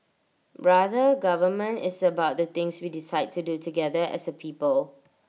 rather government is about the things we decide to do together as A people